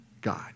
God